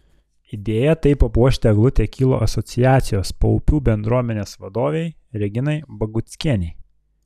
idėja taip papuošti eglutę kilo asociacijos paupių bendruomenės vadovei reginai baguckienei